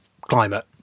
climate